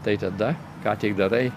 tai tada ką tik darai